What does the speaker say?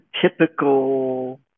typical